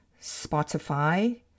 Spotify